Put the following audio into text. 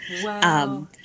Wow